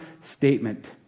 statement